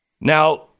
now